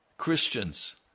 christians